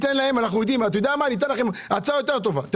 אתם יודעים מה, יש לי רעיון.